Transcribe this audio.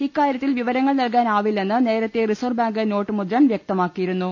ഇക്കാര്യത്തിൽ വിവരങ്ങൾ നൽകാനാവി ല്ലെന്ന് നേരത്തെ റിസർവ് ബാങ്ക് നോട്ട് മുദ്രൺ വൃക്തമാക്കിയിരു ന്നു